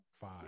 five